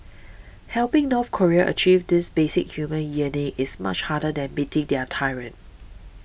helping North Koreans achieve this basic human yearning is much harder than meeting their tyrant